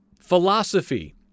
philosophy